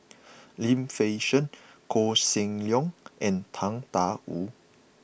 Lim Fei Shen Koh Seng Leong and Tang Da Wu